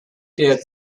der